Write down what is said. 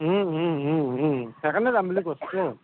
সেইকাৰণে যাম বুলি কৈছো